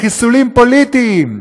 לחיסולים פוליטיים,